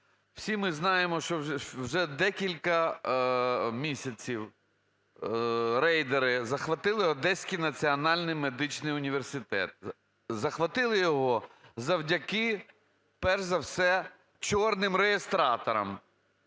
Всі ми знаємо, що вже декілька місяців рейдери захватили Одеський національний медичний університет. Захватили його завдяки перш за все "чорним реєстратором".